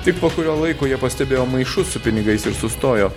tik po kurio laiko jie pastebėjo maišus su pinigais ir sustojo